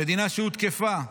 מדינה שהותקפה,